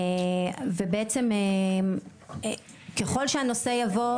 ובעצם ככל שהנושא יבוא.